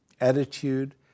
attitude